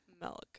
milk